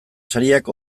sariak